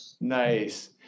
Nice